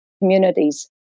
communities